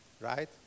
right